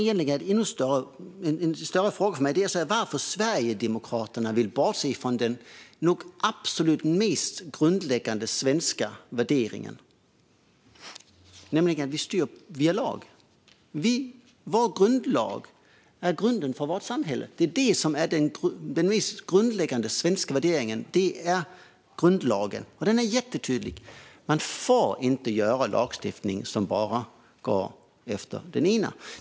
Men en större fråga för mig är varför Sverigedemokraterna vill bortse från den nog absolut mest grundläggande svenska värderingen, nämligen att landet styrs via lag. Vår grundlag är grunden för vårt samhälle. Grundlagen är den mest grundläggande svenska värderingen, och den är jättetydlig. Man får inte stifta lagar som bara gäller den ena.